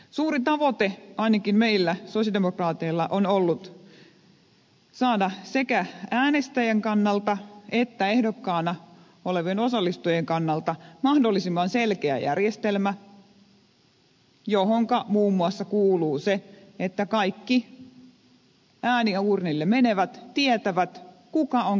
suuri tavoite ainakin meillä sosialidemokraateilla on ollut saada sekä äänestäjän kannalta että ehdokkaana olevien osallistujien kannalta mahdollisimman selkeä järjestelmä johonka muun muassa kuuluu se että kaikki ääniuurnille menevät tietävät kuka on ketäkin rahoittanut